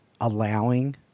allowing